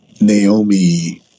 Naomi